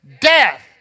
death